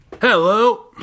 hello